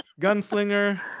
Gunslinger